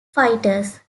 fighters